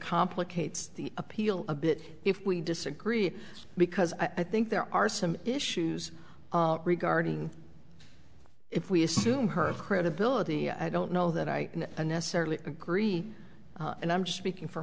complicates the appeal a bit if we disagree because i think there are some issues regarding if we assume her credibility i don't know that i necessarily agree and i'm speaking for